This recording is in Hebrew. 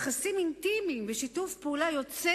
יחסים אינטימיים ושיתוף פעולה יוצא